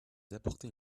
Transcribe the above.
d’apporter